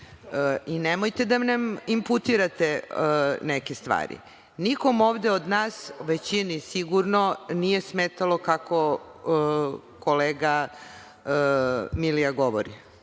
I nemojte da nam inputirate neke stvari. Nikom ovde od nas, većini sigurno, nije smetalo kako kolega Milija govori.